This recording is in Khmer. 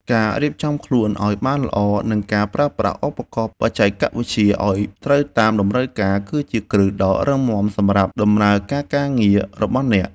ការរៀបចំខ្លួនឱ្យបានល្អ និងការប្រើប្រាស់ឧបករណ៍បច្ចេកវិទ្យាឱ្យត្រូវតាមតម្រូវការគឺជាគ្រឹះដ៏រឹងមាំសម្រាប់ដំណើរការការងាររបស់អ្នក។